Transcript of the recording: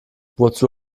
wozu